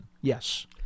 Yes